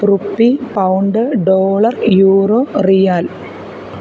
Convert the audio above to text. rupee pound dollar euro real